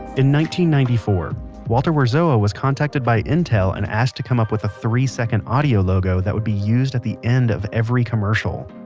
and ninety ninety four walter werzowa was contacted by intel and asked to come up with a three-second audio logo that would be used at the end of every commercial.